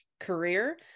career